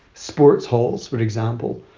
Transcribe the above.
sports halls, for example,